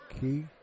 Key